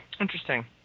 Interesting